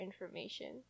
information